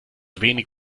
wenig